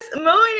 morning